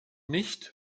nicht